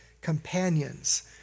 companions